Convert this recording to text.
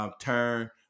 turn